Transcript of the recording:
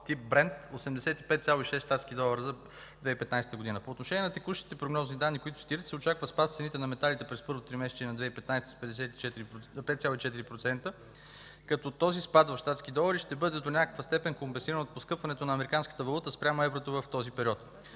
тип „Брент” от 85,6 щатски долара за 2015 г. По отношение на текущите прогнозни данни, които цитирате, за очакван спад в цените на металите през първото тримесечие на 2015 г. с 5,4%, като този спад в щатски долари ще бъде до някаква степен компенсиран от поскъпването на американската валута спрямо еврото в този период.